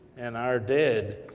and our dead,